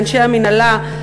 לאנשי המינהלה,